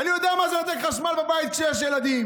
אני יודע מה זה לנתק חשמל בבית כשיש ילדים.